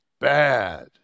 bad